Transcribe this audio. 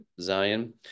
Zion